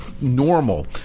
normal